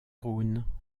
rhône